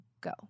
go